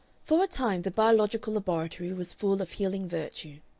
for a time the biological laboratory was full of healing virtue.